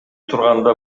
турганда